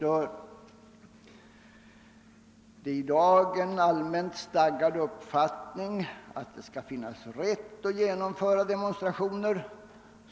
Det är i dag en allmän uppfattning att det skall finnas rätt att genomföra demonstrationer.